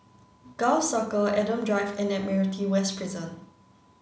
Gul Circle Adam Drive and Admiralty West Prison